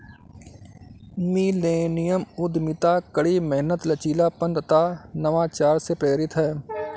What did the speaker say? millennium उद्यमिता कड़ी मेहनत, लचीलापन तथा नवाचार से प्रेरित है